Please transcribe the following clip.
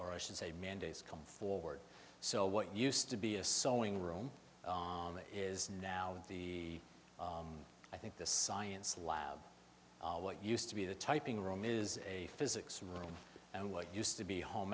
or i should say mandates come forward so what used to be a sewing room is now the i think the science lab what used to be the typing room is a physics room and what used to be home